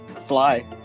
fly